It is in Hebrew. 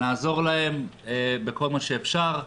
נעזור להם בכל מה שאפשר,